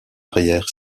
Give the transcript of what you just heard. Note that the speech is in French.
arrière